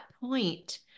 point